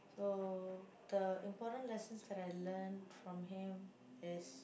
so the important lessons that I learnt from him is